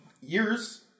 years